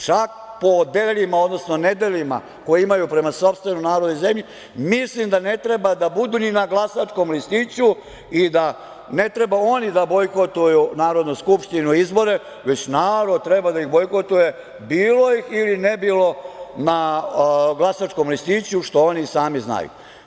Čak po delima odnosno nedelima koja imaju prema sopstvenom narodu i zemlji, mislim da ne treba da budu ni na glasačkom listiću i da ne treba oni da bojkotuju izbore i Narodnu skupštinu, već narod treba da ih bojkotuje, bilo ih ili ne bilo na glasačkom listiću, što i oni sami znaju.